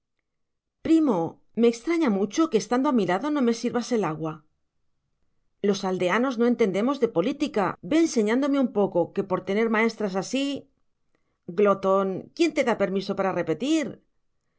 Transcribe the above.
primo me extraña mucho que estando a mi lado no me sirvas el agua los aldeanos no entendemos de política ve enseñándome un poco que por tener maestras así glotón quién te da permiso para repetir